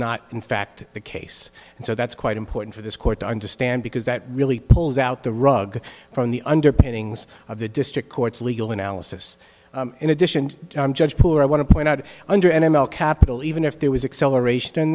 not in fact the case and so that's quite important for this court to understand because that really pulls out the rug from the underpinnings of the district court's legal analysis in addition judge poor i want to point out under m l capital even if there was acceleration